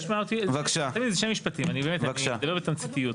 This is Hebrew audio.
באמת, אני מדבר בתמציתיות.